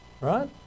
right